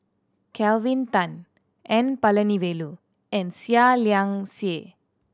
Kelvin Tan N Palanivelu and Seah Liang Seah